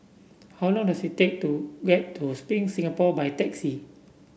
how long does it take to get to Spring Singapore by taxi